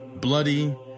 bloody